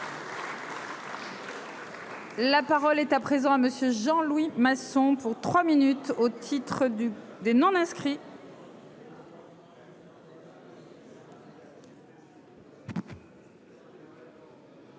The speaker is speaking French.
La parole est à présent à monsieur Jean Louis Masson pour 3 minutes au titre du des non inscrits.